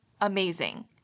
amazing